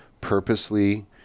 purposely